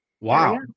Wow